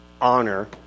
honor